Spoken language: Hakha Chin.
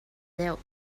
deuh